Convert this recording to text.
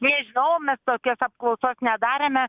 nežinau mes tokios apklausos nedarėme